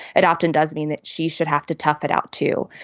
it often does mean that she should have to tough it out, too.